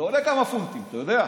זה עולה כמה פונטים, אתה יודע?